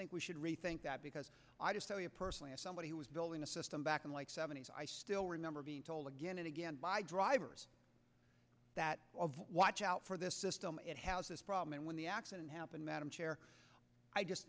think we should rethink that because i just personally as somebody who was building a system back in like seventies i still remember being told again and again by drivers that watch out for this system it has this problem and when the accident happened madam chair i just